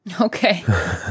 Okay